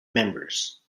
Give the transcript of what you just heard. members